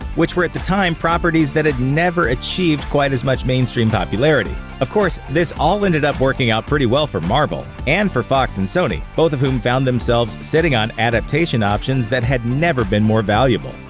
which were at the time properties that had never achieved quite as much mainstream popularity. of course, this all ended up working out pretty well for marvel, and for fox and sony, both of whom found themselves sitting on adaptation options that had never been more valuable.